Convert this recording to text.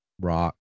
rock